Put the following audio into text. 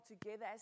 together